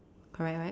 correct right